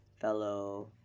fellow